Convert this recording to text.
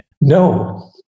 No